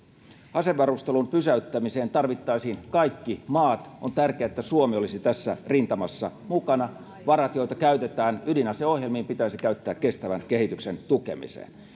asevarustelun pysäyttämiseen tarvittaisiin kaikki maat ja on tärkeää että suomi olisi tässä rintamassa mukana varat joita käytetään ydinaseohjelmiin pitäisi käyttää kestävän kehityksen tukemiseen